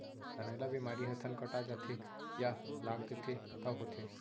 थनैला बेमारी ह थन कटा जाथे या लाग देथे तौ होथे